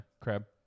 crab